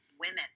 Women